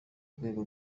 rwego